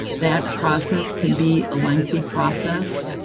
that process could be a lengthy process,